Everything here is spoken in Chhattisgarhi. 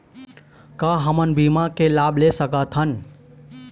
का हमन बीमा के लाभ ले सकथन?